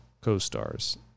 co-stars